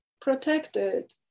protected